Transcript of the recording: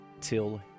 Till